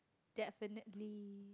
definitely